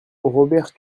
robert